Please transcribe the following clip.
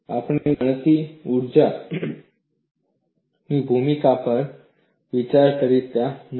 આપણે ગતિ ઊર્જાની ભૂમિકા પર વિચાર કરી રહ્યા નથી